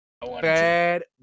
bad